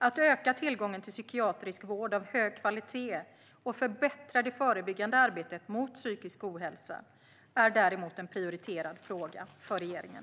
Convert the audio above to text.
Att öka tillgången till psykiatrisk vård av hög kvalitet och förbättra det förebyggande arbetet mot psykisk ohälsa är däremot en prioriterad fråga för regeringen.